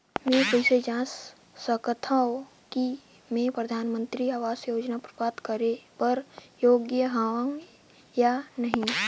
मैं कइसे जांच सकथव कि मैं परधानमंतरी आवास योजना प्राप्त करे बर योग्य हववं या नहीं?